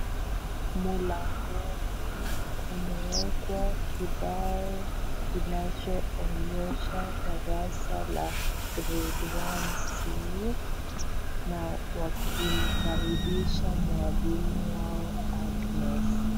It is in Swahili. Mlangoni kumewekwa kibao kinachoonyeshha darasa la grade one c na wakimkaribisha mwalimu wao Agnes.